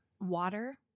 Water